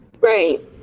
Right